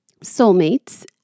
soulmates